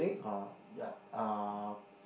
orh yup uh